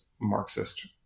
Marxist